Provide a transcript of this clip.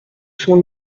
son